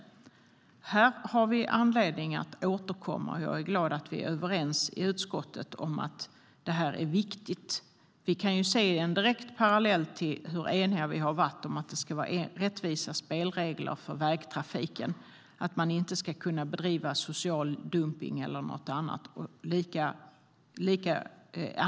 Här har vi anledning att återkomma, och jag är glad att vi är överens i utskottet om att det är viktigt. Vi kan dra en direkt parallell till hur eniga vi har varit om att det ska vara rättvisa spelregler för vägtrafiken och att man inte ska kunna bedriva social dumpning eller annat.